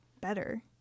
better